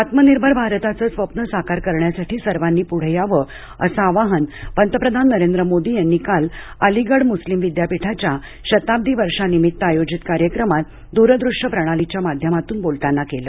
आत्मनिर्भर भारताचं स्वप्न साकार करण्यासाठी सर्वांनी पुढे यावं असं आवाहन पंतप्रधान नरेंद्र मोदी यांनी काल अलिगड मुस्लिम विद्यापीठाच्या शताब्दी वर्षानिमित्त आयोजित कार्यक्रमात दूर दृष्य प्रणालीच्या माध्यमातून बोलताना केल